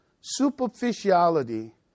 superficiality